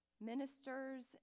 ministers